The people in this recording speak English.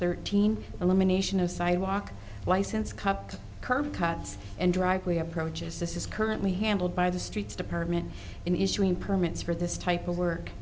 thirteen elimination of sidewalk license cut curb cuts and driveway approaches this is currently handled by the streets department in issuing permits for this type of work